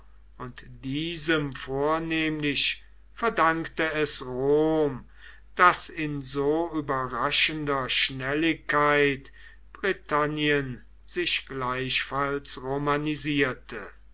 und diesem vornehmlich verdankte es rom daß in so überraschender schnelligkeit britannien sich gleichfalls romanisierte